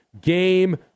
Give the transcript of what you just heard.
game